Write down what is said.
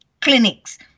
clinics